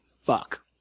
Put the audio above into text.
fuck